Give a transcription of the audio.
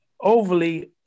overly